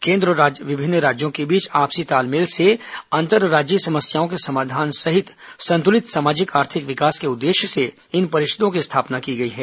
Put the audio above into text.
केन्द्र और विभिन्न राज्यों के बीच आपसी तालमेल से अंतर्राज्यीय समस्याओं के समाधान सहित संतुलित सामाजिक आर्थिक विकास के उद्देश्य से इन परिषदों की स्थापना की गई है